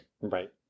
Right